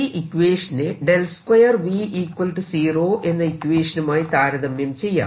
ഈ ഇക്വേഷനെ 2V0 എന്ന ഇക്വേഷനുമായി താരതമ്യം ചെയ്യാം